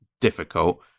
difficult